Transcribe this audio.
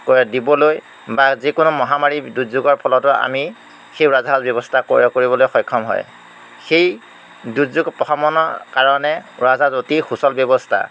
কৰে দিবলৈ বা যিকোনো মহামাৰী দুৰ্যোগৰ ফলতো আমি সেই উৰাজাহাজ ব্যৱস্থা ক্ৰয় কৰিবলৈ সক্ষম হয় সেই দুৰ্যোগ প্ৰশমনৰ কাৰণে উৰাজাহাজ অতি সুচল ব্যৱস্থা